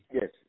Yes